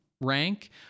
rank